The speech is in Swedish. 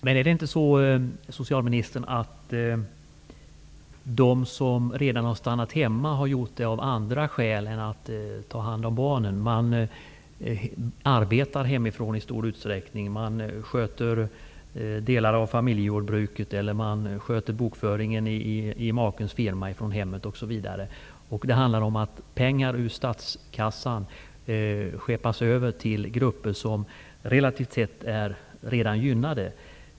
Herr talman! Är det inte så, socialministern, att de som redan har stannat hemma har gjort det av andra skäl än för att ta hand om barnen? Man sköter arbetet hemifrån i stor utsträckning -- man sköter t.ex. delar av familjejordbruket eller bokföringen i makens firma från hemmet. Det handlar om att pengar ur statskassan skeppas över till grupper som relativt sett redan är gynnade.